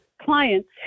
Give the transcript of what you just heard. clients